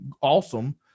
awesome